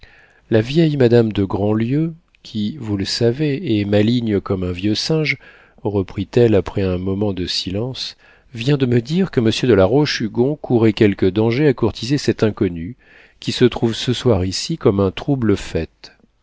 la vieille madame de grandlieu qui vous le savez est maligne comme un vieux singe reprit-elle après un moment de silence vient de me dire que monsieur de la roche-hugon courait quelques dangers à courtiser cette inconnue qui se trouve ce soir ici comme un trouble-fête